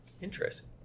Interesting